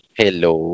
hello